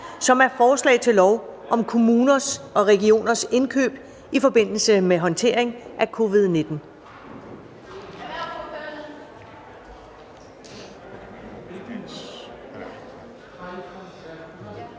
L 153: Forslag til lov om kommuners og regioners indkøb i forbindelse med håndtering af covid-19.